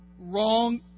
wrong